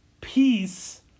Peace